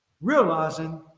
realizing